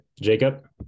Jacob